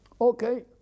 Okay